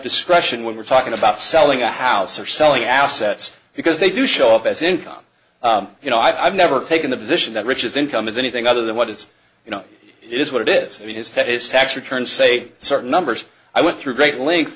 discretion when we're talking about selling a house or selling assets because they do show up as income you know i've never taken the position that riches income is anything other than what it is you know is what it is in his head his tax returns say certain numbers i went through great le